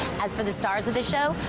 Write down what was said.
as for the stars of this show,